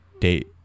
date